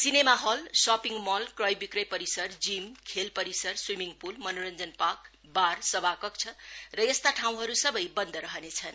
cinema hall shopping mall क्रयविक्रय परिसर gym खेल परिसर स्वीमिङ पूल मनोरञ्जन पार्क बार सभाकक्ष र यसता ठाउँहरू सबै बन्द रहनेछन्